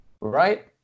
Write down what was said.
Right